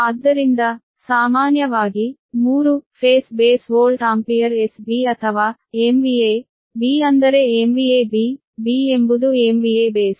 ಆದ್ದರಿಂದ ಸಾಮಾನ್ಯವಾಗಿ 3 phase base volt ampere SB ಅಥವಾ B ಅಂದರೆ MVAB B ಎಂಬುದು MVA ಬೇಸ್